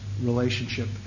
relationship